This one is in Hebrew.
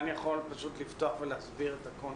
אני יכול לפתוח ולהסביר את הקונטקסט?